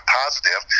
positive